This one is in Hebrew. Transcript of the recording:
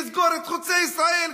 לסגור את חוצה ישראל,